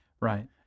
Right